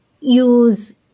use